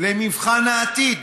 למבחן העתיד: